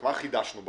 מה חידשנו בחוק,